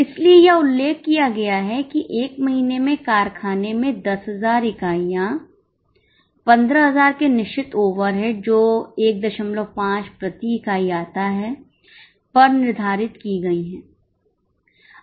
इसलिए यह उल्लेख किया गया है कि 1 महीने में कारखाने में 10000 इकाइयां 15000 के निश्चित ओवरहेड्स जो 15 प्रति इकाई आता है पर निर्धारित की गई है